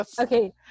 Okay